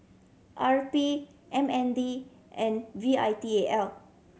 R P M N D and V I T A L